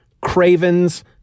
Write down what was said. Craven's